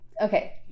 Okay